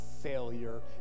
failure